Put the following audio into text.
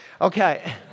Okay